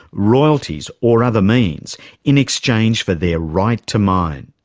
royalties or other means in exchange for their right to mine.